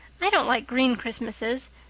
i don't like green christmases.